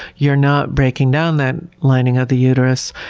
you're not breaking down that lining of the uterus,